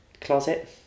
closet